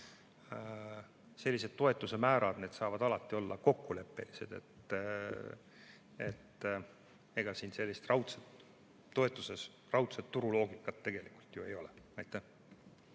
Selliste toetuste määrad saavad alati olla kokkuleppelised. Ega siin sellist raudset turuloogikat tegelikult ju ei ole. Aitäh!